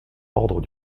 ordre